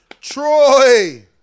Troy